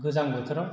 गोजां बोथोराव